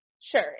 Sure